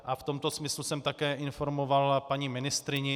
V tomto smyslu jsem také informoval paní ministryni.